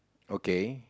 okay